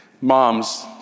Moms